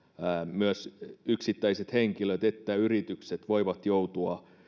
myös sekä yksittäiset henkilöt että yritykset voivat joutua